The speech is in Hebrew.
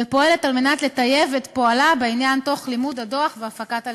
ופועלת על מנת לטייב את פועלה בעניין תוך לימוד הדוח והפקת הלקחים.